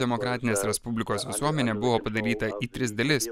demokratinės respublikos visuomenė buvo padalyta į tris dalis